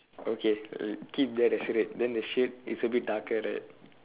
okay keep that as red then the shade is a bit darker right